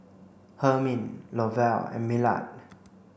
Hermine Lovell and Millard